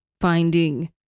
finding